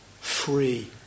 free